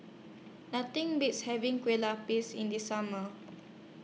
Nothing Beats having Kue Lupis in The Summer